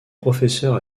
professeur